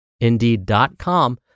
Indeed.com